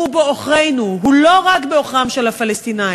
היא בעוכרינו, היא לא רק בעוכריהם של הפלסטינים.